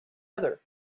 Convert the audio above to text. other